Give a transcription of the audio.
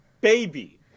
baby